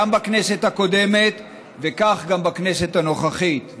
גם בכנסת הקודמת וכך גם בכנסת הנוכחית,